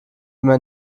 immer